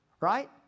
right